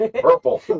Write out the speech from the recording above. Purple